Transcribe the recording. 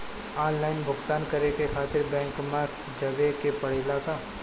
Online भुगतान करे के खातिर बैंक मे जवे के पड़ेला का?